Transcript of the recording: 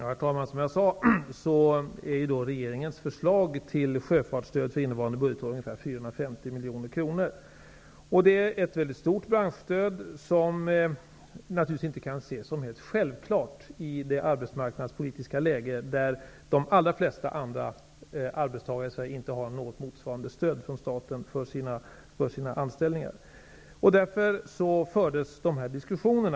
Herr talman! Som jag sade uppgår regeringens förslag till sjöfartsstöd för innevarande budgetår till ungefär 450 miljoner kronor. Det är ett mycket stort branschstöd, som naturligtvis inte kan ses som helt självklart i ett arbetsmarknadspolitiskt läge där de allra flesta andra arbetstagare i Sverige inte har något motsvarande stöd från staten för sina anställningar. Därför fördes dessa diskussioner.